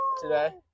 today